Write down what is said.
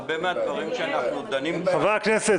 הרבה מהדברים שאנחנו דנים בהם --- חברי הכנסת,